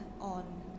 on